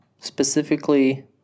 specifically